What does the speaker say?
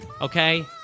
Okay